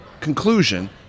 conclusion